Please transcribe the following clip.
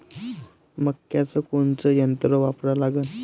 मक्याचं कोनचं यंत्र वापरा लागन?